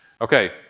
Okay